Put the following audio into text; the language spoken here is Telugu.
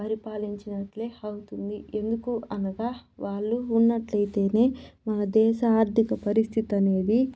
పరిపాలించినట్లే అవుతుంది ఎందుకు అనగా వాళ్లు ఉన్నట్లయితేనే మన దేశ ఆర్థిక పరిస్థితి అనేది